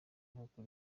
nk’uko